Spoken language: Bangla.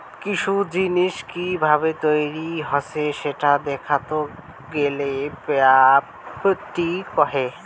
কিসু জিনিস কি ভাবে তৈরী হসে সেটা দেখাত গেলে প্রপার্টি কহে